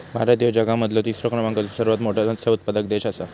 भारत ह्यो जगा मधलो तिसरा क्रमांकाचो सर्वात मोठा मत्स्य उत्पादक देश आसा